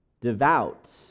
devout